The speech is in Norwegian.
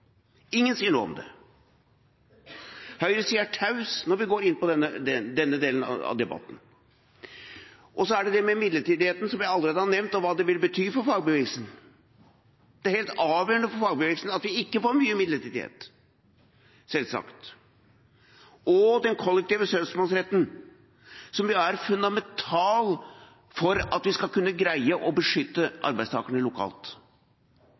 Ingen sier noe om det. Høyresida er taus når vi går inn på denne delen av debatten. Så til dette med midlertidighet, som jeg allerede har nevnt, og hva det vil bety for fagbevegelsen: Det er selvsagt helt avgjørende for fagbevegelsen at vi ikke får mye midlertidighet. Den kollektive søksmålsretten er fundamental for at vi skal kunne greie å beskytte arbeidstakerne lokalt.